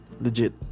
legit